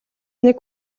нэг